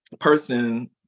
person